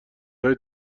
های